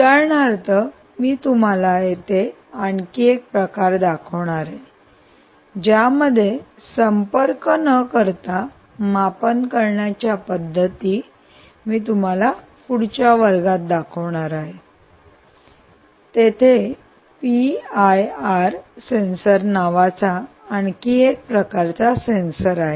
उदाहरणार्थ मी तुम्हाला येथे आणखी एक प्रकार दाखवणार आहे ज्यामध्ये संपर्क न करता मापन करण्याच्या पद्धती मी तुम्हाला पुढच्या वर्गात दाखवणार आहे तेथे पीआयआर सेन्सर नावाचा आणखी एक प्रकारचा सेन्सर आहे